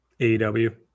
AEW